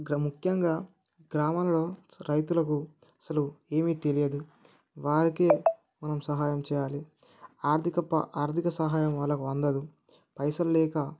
ఇక్కడ ముఖ్యంగా గ్రామాలలో రైతులకు అసలు ఏమీ తెలియదు వారికి మనం సహాయం చేయాలి ఆర్థిక ప ఆర్ధిక సహాయం వల్ల వాళ్ళందరూ పైసలు లేక